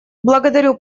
благодарю